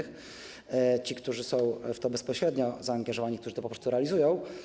Chodzi o tych, którzy są w to bezpośrednio zaangażowani, którzy to po prostu realizują.